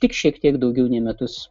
tik šiek tiek daugiau nei metus